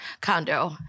condo